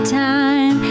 time